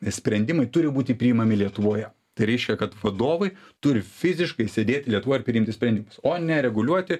sprendimai turi būti priimami lietuvoje tai reiškia kad vadovai turi fiziškai sėdėt lietuvoj ir priimti sprendimus o ne reguliuoti